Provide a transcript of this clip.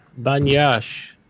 Banyash